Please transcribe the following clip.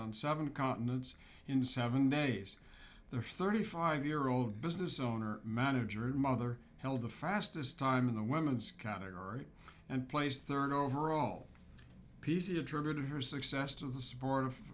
on seven continents in seven days the thirty five year old business owner manager and mother held the fastest time in the women's category and placed third overall p c attributed her success to the support of